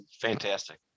Fantastic